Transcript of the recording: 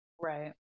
right